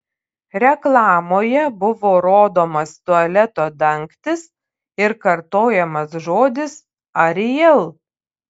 reklamoje buvo rodomas tualeto dangtis ir kartojamas žodis ariel